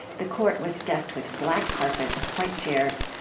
the court was decked with black carpet and white chairs.